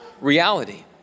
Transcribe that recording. reality